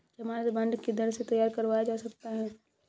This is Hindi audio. ज़मानत बॉन्ड किधर से तैयार करवाया जा सकता है?